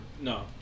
No